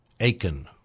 Aiken